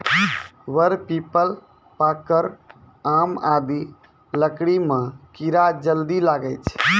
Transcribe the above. वर, पीपल, पाकड़, आम आदि लकड़ी म कीड़ा जल्दी लागै छै